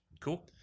Cool